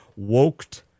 Woked